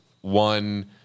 one